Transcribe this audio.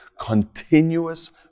continuous